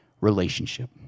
relationship